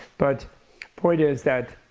but point is that